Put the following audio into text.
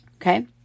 okay